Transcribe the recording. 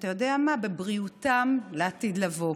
ואתה יודע מה, בבריאותן לעתיד לבוא?